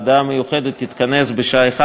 שהוועדה המיוחדת תתכנס בשעה 01:00